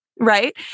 Right